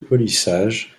polissage